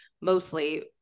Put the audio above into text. mostly